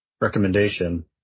recommendation